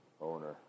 owner